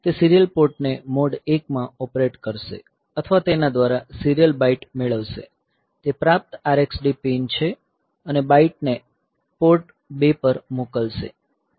તે સીરીયલ પોર્ટને મોડ 1 માં ઓપરેટ કરશે અથવા તેના દ્વારા સીરીયલ બાઈટ મેળવશે તે પ્રાપ્ત RxD પિન છે અને બાઈટને પોર્ટ 2 પર મોકલશે